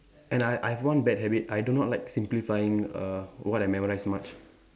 and I I have one bad habit I do not like simplifying err what I memorize much